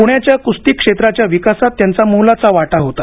प्ण्याच्या कुस्ती क्षेत्राच्या विकासात त्यांचा मोलाचा वाटा होता